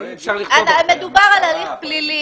מדובר על הליך פלילי.